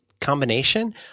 combination